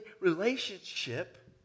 relationship